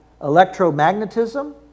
electromagnetism